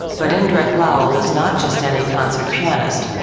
but indrek laul is not just any concert pianist.